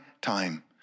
time